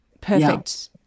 perfect